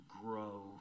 grow